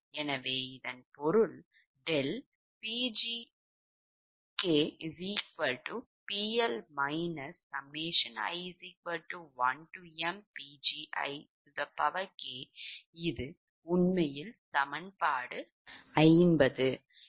எனவே இதன் பொருள் நீங்கள் செய்யக்கூடியது ∆PjkPL i1mPgi இது உண்மையில் சமன்பாடு 50